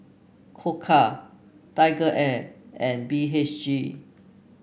Koka TigerAir and B H G